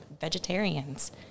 vegetarians